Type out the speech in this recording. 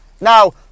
now